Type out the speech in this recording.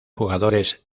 jugadores